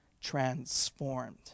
transformed